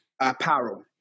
apparel